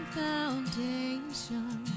foundation